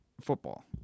football